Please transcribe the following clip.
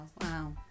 wow